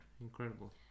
Incredible